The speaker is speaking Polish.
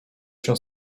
się